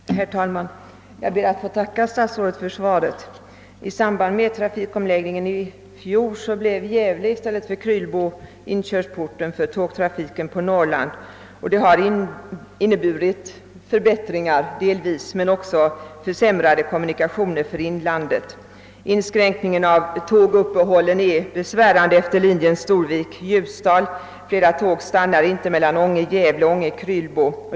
Herr talman! Jag ber att få tacka statsrådet för svaret. I samband med trafikomläggningen i fjol blev Gävle i stället för Krylbo inkörsporten för tågtrafiken på Norrland. Det har delvis inneburit förbättringar men också försämrade kommunikationer för inlandet. Inskränkningen av tåguppehållen är besvärande efter linjen Storvik—Ljusdal. Flera tåg stannar inte mellan Ånge och Gävle eller Krylbo.